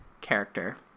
character